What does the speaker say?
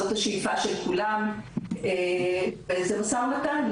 זאת השאיפה של כולנו וזה משא ומתן,